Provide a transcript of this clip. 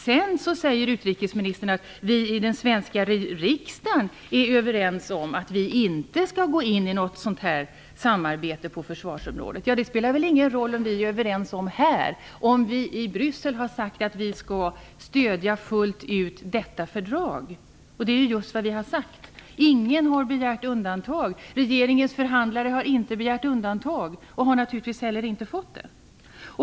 Sedan säger utrikesministern att vi i i den svenska riksdagen är överens om att vi inte skall gå in i något samarbete på försvarsområdet. Det spelar väl ingen roll om vi är överens här, om vi i Bryssel har sagt att vi fullt ut skall stödja detta fördrag. Det är just vad vi har sagt. Regeringens förhandlare har inte begärt undantag och har naturligtvis heller inte fått det.